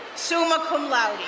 summa cum laude.